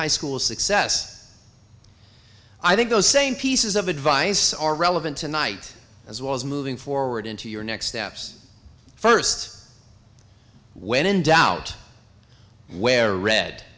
high school success i think those same pieces of advice are relevant tonight as well as moving forward into your next steps first when in doubt where read